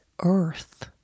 earth